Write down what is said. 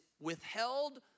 withheld